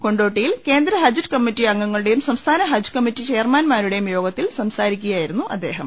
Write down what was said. കൊണ്ടോട്ടിയിൽ കേന്ദ്ര ഹജ്ജ് കമ്മറ്റി അംഗങ്ങളുടെയും സംസ്ഥാന ഹജ്ജ് കമ്മിറ്റി ചെയർമാൻമാരുടെയും യോഗത്തിൽ സംസാരിക്കുകയായിരുന്നു അദ്ദേഹം